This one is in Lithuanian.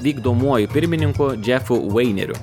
vykdomuoju pirmininku džefu vaineriu